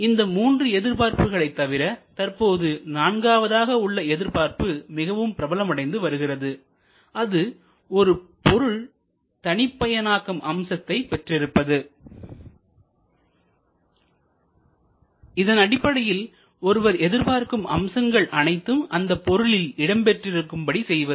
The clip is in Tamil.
இந்த மூன்று எதிர்பார்ப்புகளை தவிர தற்போது நான்காவதாக உள்ள எதிர்பார்ப்பு மிகவும் பிரபலமடைந்து வருகிறது அது ஒரு பொருள் தனிப்பயனாக்கம் அம்சத்தை பெற்றிருப்பது இதன் அடிப்படையில் ஒருவர் எதிர்பார்க்கும் அம்சங்கள் அனைத்தும் அந்த பொருளில் இடம்பெற்றிருக்கும்படி செய்வது